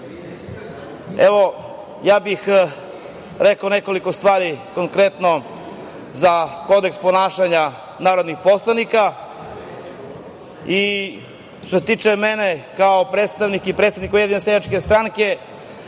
evo ja bih rekao nekoliko stvari konkretno za kodeks ponašanja narodnih poslanika. Što se tiče mene kao predstavnika i predsednika Ujedinjene seljačke stranke